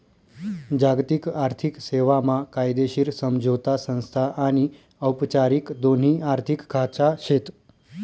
जागतिक आर्थिक सेवा मा कायदेशीर समझोता संस्था आनी औपचारिक दोन्ही आर्थिक खाचा शेत